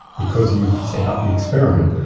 because you've set up the experiment,